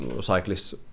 cyclists